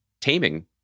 taming